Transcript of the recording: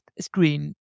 screen